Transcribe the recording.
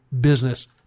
business